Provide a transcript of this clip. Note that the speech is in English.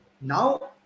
now